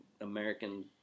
American